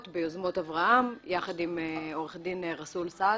ביוזמות אברהם יחוד עם עורך דין ראסול סעדה.